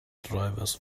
drivers